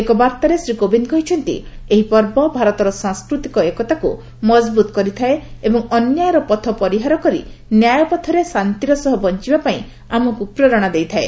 ଏକ ବାର୍ତ୍ତାରେ ଶ୍ରୀ କୋବିନ୍ଦ କହିଛନ୍ତି ଏହି ପର୍ବ ଭାରତର ସାଂସ୍କୃତିକ ଏକତାକୁ ମଜବୁତ କରିଥାଏ ଏବଂ ଅନ୍ୟାୟର ପଥ ପରିହାର କରି ନ୍ୟାୟପଥରେ ଶାନ୍ତିର ସହ ବଞ୍ଚବା ପାଇଁ ଆମକୁ ପ୍ରେରଣା ଦେଇଥାଏ